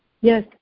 Yes